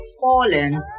fallen